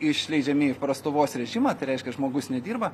išleidžiami į prastovos režimą tai reiškia žmogus nedirba